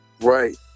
right